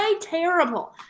terrible